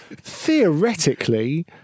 theoretically